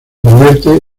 convierte